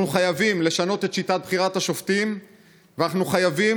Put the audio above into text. אנחנו חייבים לשנות את שיטת בחירת השופטים ואנחנו חייבים